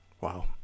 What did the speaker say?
Wow